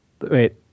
Wait